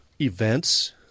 events